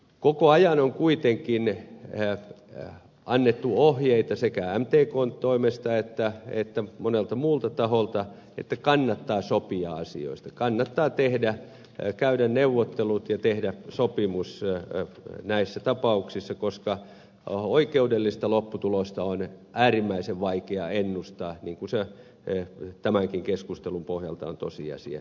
koko ajan on kuitenkin annettu ohjeita sekä mtkn toimesta että monelta muulta taholta että kannattaa sopia asioista kannattaa käydä neuvottelut ja tehdä sopimus näissä tapauksissa koska oikeudellista lopputulosta on äärimmäisen vaikea ennustaa niin kuin tämänkin keskustelun pohjalta on tosiasia